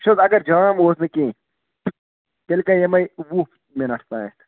بہٕ چھُس حظ اگر جام اوس نہٕ کیٚنٛہہ تیٚلہِ گٔیہِ یِمَے وُہ مِنٹ تانۍ